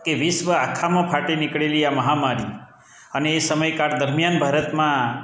કે વિશ્વ આખામાં ફાટી નીકળેલી આ મહામારી અને એ સમય કાળ દરમિયાન ભારતમાં